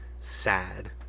sad